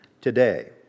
today